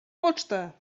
pocztę